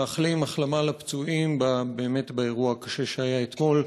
מאחלים החלמה לפצועים באירוע הקשה באמת שהיה אתמול.